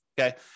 okay